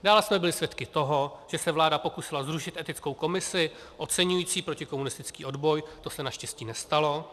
Dále jsme byli svědky toho, že se vláda pokusila zrušit etickou komisi oceňující protikomunistický odboj, to se naštěstí nestalo.